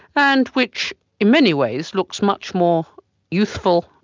and which in many ways looks much more youthful,